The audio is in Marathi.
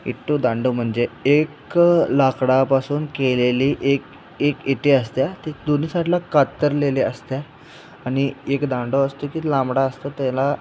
विटीदांडू म्हणजे एक लाकडापासून केलेली एक एक विटी असते ते दोन्ही साईडला कातरलेली असतात आणि एक दांडू असतो की लांबडा असतो त्याला